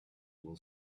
will